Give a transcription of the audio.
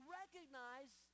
recognize